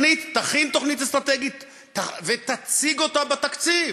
תכין תוכנית אסטרטגית ותציג אותה בתקציב.